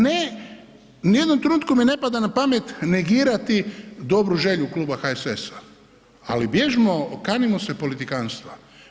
Ne, ni u jednom trenutku mi ne pada na pamet negirati dobru želju Kluba HSS-a, ali bježmo, okanimo se politikanstva.